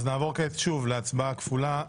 נעבור להצבעה כפולה.